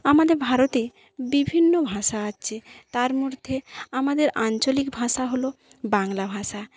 আমাদের ভারতে বিভিন্ন ভাষা আছে তার মধ্যে আমাদের আঞ্চলিক ভাষা হল বাংলা ভাষা